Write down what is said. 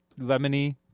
lemony